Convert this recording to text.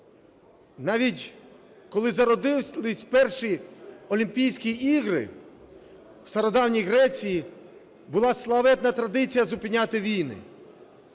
Навіть коли зародилися перші Олімпійські ігри в Стародавній Греції, була славетна традиція зупиняти війни.